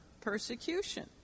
persecution